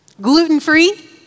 Gluten-free